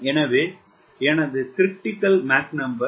எனவே எனது Mcr 0